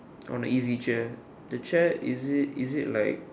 on the easy chair the chair is it is it like